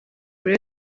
buri